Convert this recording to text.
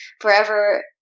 forever